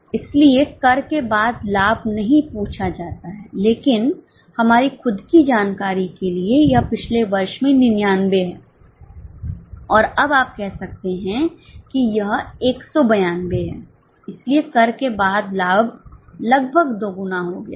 इसलिए कर के बाद लाभ नहीं पूछा जाता है लेकिन हमारी खुद की जानकारी के लिए यह पिछले वर्ष में 99 है और अब आप कह सकते हैं कि यह 192 है इसलिए कर के बाद लाभ लगभग दोगुना हो गया है